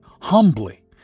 humbly